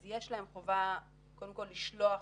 אז יש להן חובה קודם כל לשלוח